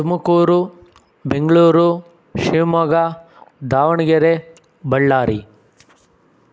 Tumakuru Bengaluru Shivamogga Davanagere Ballari